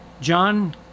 John